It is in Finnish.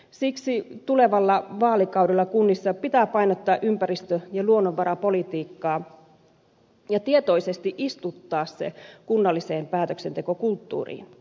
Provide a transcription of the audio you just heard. siksi tulevalla vaalikaudella kunnissa pitää painottaa ympäristö ja luonnonvarapolitiikkaa ja tietoisesti istuttaa se kunnalliseen päätöksentekokulttuuriin